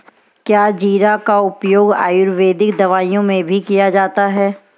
क्या जीरा का उपयोग आयुर्वेदिक दवाओं में भी किया जाता है?